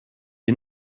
est